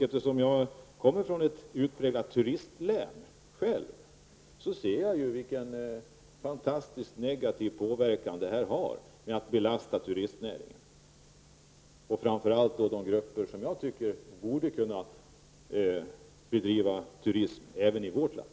Eftersom jag själv kommer från ett utpräglat turistlän, ser jag ju vilka fantastiskt negativa följder det blir, då man belastar turistnäringen och framför allt de samhällsgrupper som borde kunna komma i åtnjutande av turismen även i vårt land.